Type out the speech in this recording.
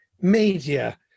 media